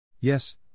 Yes